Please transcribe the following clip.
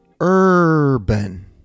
urban